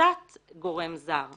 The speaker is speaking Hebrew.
בשליטת גורם זר.